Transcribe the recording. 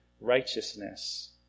righteousness